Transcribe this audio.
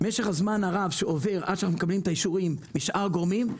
משך הזמן הרב שעובר עד שאנחנו מקבלים את האישורים משאר הגורמים,